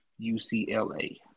UCLA